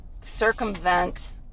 circumvent